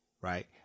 right